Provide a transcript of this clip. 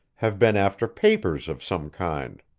have been after papers of some kind.